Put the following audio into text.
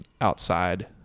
outside